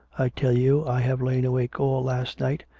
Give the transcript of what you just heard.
i tell you i have lain awake all last night,